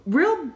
real